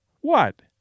What